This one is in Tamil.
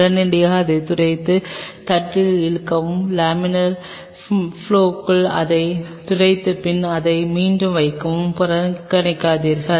உடனடியாக அதை துடைத்து தட்டில் இழுக்கவும் லேமினார் ப்லொவ்விற்குள் அதை துடைத்து பின் அதை மீண்டும் வைக்கவும் புறக்கணிக்காதீர்கள்